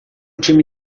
time